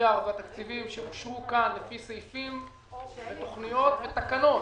המיליארד והתקציבים שאושרו כאן לפי סעיפים ותוכניות ותקנות,